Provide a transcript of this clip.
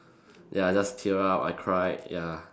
ya I just tear up I cried ya